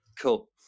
Cool